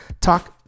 talk